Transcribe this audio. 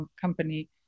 Company